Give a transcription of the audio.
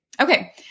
Okay